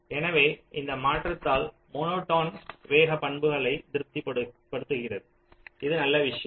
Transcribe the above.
எனவே இந்த மாற்றத்தால் மோனோடோன் வேக பண்புகளை திருப்தி படுத்துகிறது இது நல்ல விஷயம்